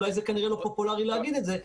אולי זה לא פופולרי להגיד את זה,